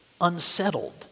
unsettled